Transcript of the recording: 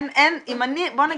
בוא נגיד,